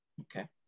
okay